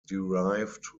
derived